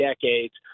decades